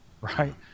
right